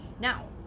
now